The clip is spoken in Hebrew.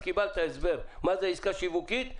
אז קיבלת הסבר מה זו עסקה שיווקית.